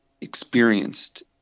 experienced